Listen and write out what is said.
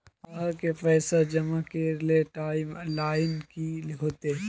आहाँ के पैसा जमा करे ले टाइम लाइन की होते?